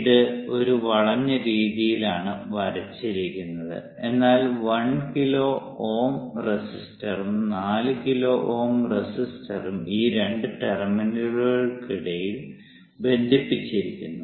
ഇത് ഒരു വളഞ്ഞ രീതിയിലാണ് വരച്ചിരിക്കുന്നത് എന്നാൽ 1 കിലോ Ω റെസിസ്റ്ററും 4 കിലോ Ω റെസിസ്റ്ററും ഈ രണ്ട് ടെർമിനലുകൾക്കിടയിൽ ബന്ധിപ്പിച്ചിരിക്കുന്നു